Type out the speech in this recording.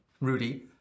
Rudy